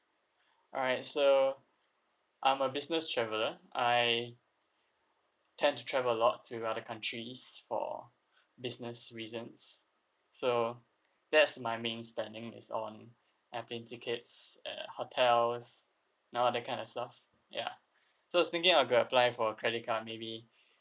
alright so I'm a business traveller I tend to travel a lot to other countries for business reasons so that's my main spending it's on airplane tickets and uh hotels and all that kind of stuff ya so I was thinking I could apply for credit card maybe